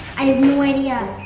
i have no idea.